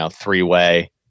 three-way